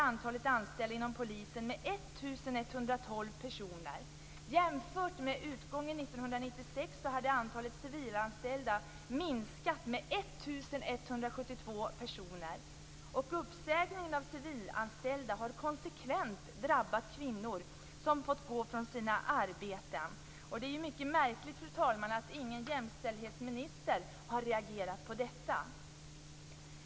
hade antalet civilanställda minskat med 1 172 personer. Och uppsägningen av civilanställda har konsekvent drabbat kvinnor som har fått gå från sina arbeten. Det är mycket märkligt, fru talman, att ingen jämställdhetsminister har reagerat på detta!